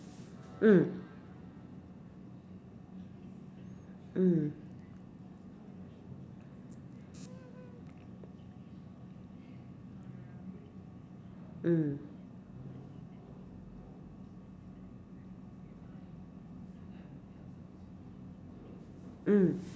mm mm mm mm